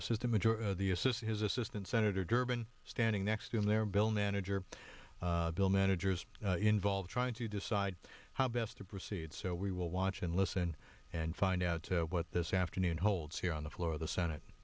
the system of the assist his assistant senator durbin standing next to him there bill manager bill managers involved trying to decide how best to proceed so we will watch and listen and find out what this afternoon holds here on the floor of the senate